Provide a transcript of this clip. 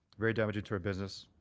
very damaging to our business.